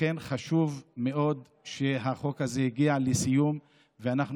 חשוב מאוד שהחוק הזה הגיע לסיום ואנחנו